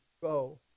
go